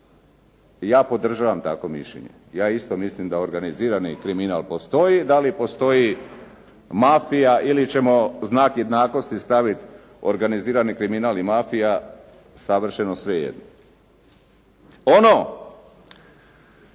ja podržavam takvo mišljenje. Ja isto mislim da organizirani kriminal postoji. Dali postoji mafija ili ćemo znak jednakosti staviti organizirani kriminal i mafija, savršeno svejedno. Ono